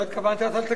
לא התכוונת אז אל תגיד.